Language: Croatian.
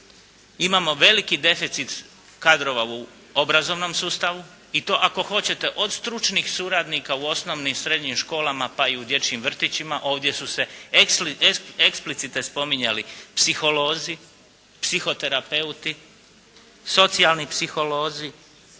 imamo veliki deficit kadrova u obrazovnom sustavu i to ako hoćete od stručnih suradnika u osnovnim, srednjim školama, pa i u dječjim vrtićima. Ovdje su se eksplicite spominjali psiholozi, psihoterapeuti, socijalni psiholozi,